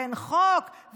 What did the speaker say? ואין חוק,